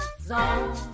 zone